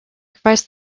sacrifice